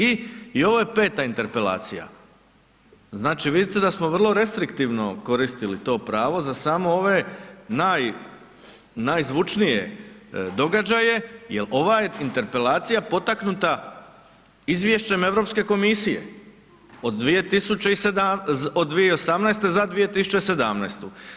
I ovo je peta interpelacija, znači vidite da smo vrlo restriktivno koristili to pravo za samo ove najzvučnije događaje jel ova je interpelacija potaknuta izvješćem Europske komisije od 2018. za 2017.